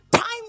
Time